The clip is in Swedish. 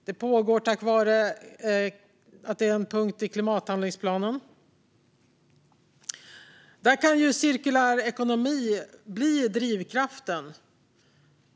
Det pågår tack vare att det är en punkt i klimathandlingsplanen. I bioekonomistrategin kan cirkulär ekonomi bli drivkraften.